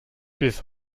bis